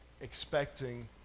expecting